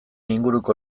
inguruko